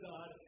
God